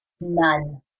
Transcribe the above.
None